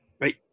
Right